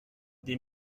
des